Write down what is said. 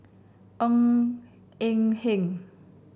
Ng Eng Hen